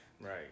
Right